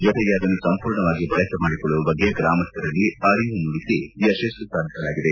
ಜೊತೆಗೆ ಅದನ್ನು ಸಂಪೂರ್ಣವಾಗಿ ಬಳಕೆ ಮಾಡಿಕೊಳ್ಳುವ ಬಗ್ಗೆ ಗ್ರಾಮಸ್ಥರಲ್ಲಿ ಅರಿವು ಮೂಡಿಸಿ ಯಶಸ್ಸು ಸಾಧಿಸಲಾಗಿದೆ